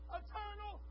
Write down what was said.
eternal